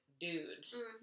dudes